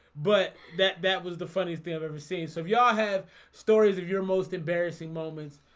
but that bat was the funniest thing i've ever seen. so if y'all have stories of your most embarrassing moments,